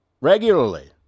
regularly